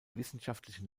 wissenschaftlichen